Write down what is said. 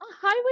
highway